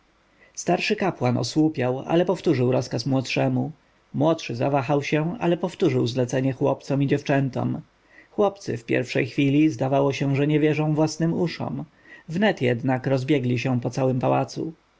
starszy kapłan osłupiał ale powtórzył rozkaz młodszemu młodszy zawahał się ale powtórzył zlecenie chłopcom i dziewczętom chłopcy w pierwszej chwili zdawało się że nie wierzą własnym uszom wnet jednak rozbiegli się po całym pałacu